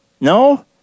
No